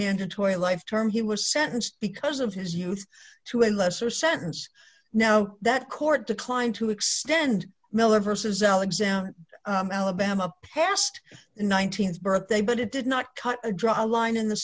mandatory life term he was sentenced because of his youth to a lesser sentence now that court declined to extend miller versus alexander alabama passed in one thousand birthday but it did not cut a draw a line in the